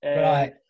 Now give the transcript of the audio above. Right